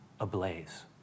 ablaze